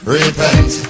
repent